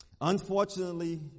Unfortunately